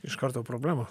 iš karto problema